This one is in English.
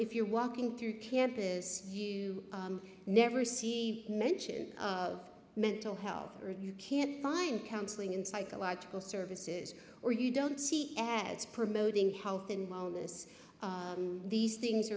if you're walking through campus you never see mention of mental health or you can find counseling and psychological services or you don't see ads promoting health and wellness these things